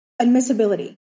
admissibility